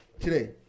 Today